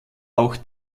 auch